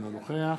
אינו נוכח